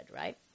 Right